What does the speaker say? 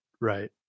Right